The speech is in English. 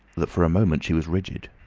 that for a moment she was rigid.